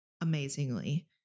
amazingly